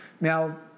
Now